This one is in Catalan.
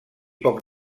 poc